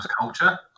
culture